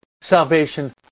salvation